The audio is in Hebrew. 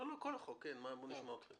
לא, לכל החוק, בוא נשמע.